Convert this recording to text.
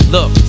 Look